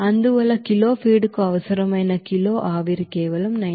అందువల్ల kilo feed కు అవసరమైన కిలో ఆవిరి కేవలం 90